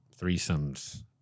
threesomes